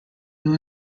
new